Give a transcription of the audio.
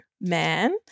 man